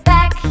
Back